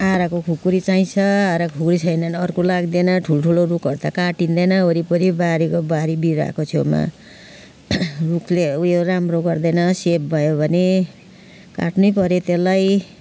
आराको खुकुरी चाहिन्छ आराको खुकुरी छैन भने अर्को लाग्दैन ठुल्ठुलो रुखहरू त काटिँदैन वरिपरि बारीको बारी बिरुवाको छेउमा रुखले ऊ यो राम्रो गर्दैन सेप भयो भने काट्नैपर्यो त्यसलाई